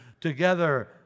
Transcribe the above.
together